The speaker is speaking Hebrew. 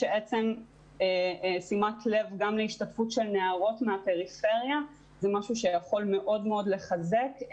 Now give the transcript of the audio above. תשומת לב גם להשתתפות נערות בפריפריה יכול מאוד מאוד לחזק.